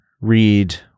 read